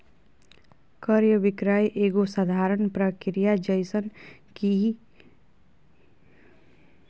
क्रय विक्रय एगो साधारण प्रक्रिया जइसन ही क़इल जा हइ